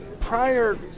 prior